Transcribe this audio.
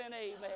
Amen